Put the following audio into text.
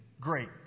great